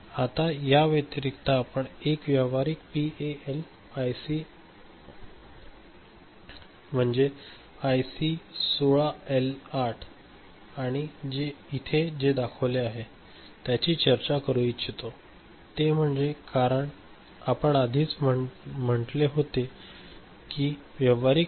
आता याव्यतिरिक्त आपण एक व्यावहारिक PAL IC I C 16 L 8 आणि इथे जे दाखवले आहे त्याची चर्चा करू इच्छितो ते म्हणजे कारण आपण आधीच म्हणते होते की व्यावहारिक आय